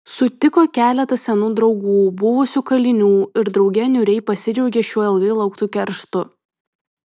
sutiko keletą senų draugų buvusių kalinių ir drauge niūriai pasidžiaugė šiuo ilgai lauktu kerštu